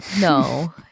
no